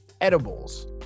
edibles